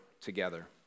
together